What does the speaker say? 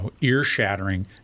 ear-shattering